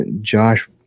Josh